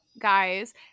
guys